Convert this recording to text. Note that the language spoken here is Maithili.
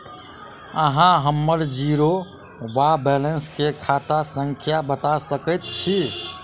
अहाँ हम्मर जीरो वा बैलेंस केँ खाता संख्या बता सकैत छी?